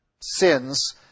sins